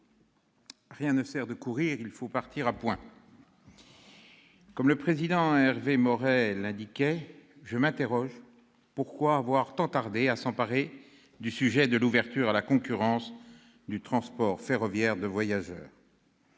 rien ne sert de courir, il faut partir à point. Ah ! Comme le président Maurey, je m'interroge : pourquoi avoir tant tardé à s'emparer du sujet de l'ouverture à la concurrence du transport ferroviaire de voyageurs